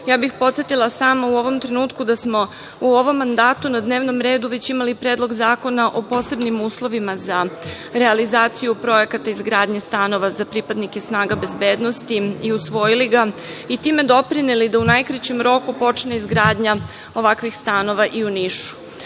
bih podsetila samo u ovom trenutku da smo u ovom mandatu na dnevnom redu već imali Predlog zakona o posebnim uslovima za realizaciju projekata, izgradnje stanova za pripadnike snaga bezbednost i usvojili ga, i time doprineli da u najkraćem roku počne izgradnja ovakvih stanova i u Nišu. Tada